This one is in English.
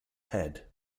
head